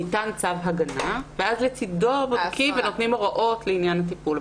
ניתן צו הגנה ואז לצדו בודקים ונותנים הוראות לעניין הטיפול,